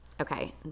okay